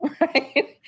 Right